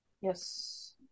Yes